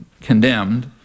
condemned